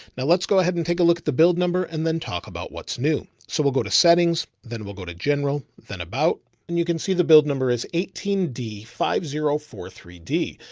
now let's go ahead and take a look at the build number and then talk about what's new. so we'll go to settings, then it will go to general than about, and you can see the build number is eighteen d five zero four three d.